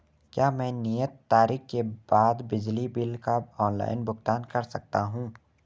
क्या मैं नियत तारीख के बाद बिजली बिल का ऑनलाइन भुगतान कर सकता हूं?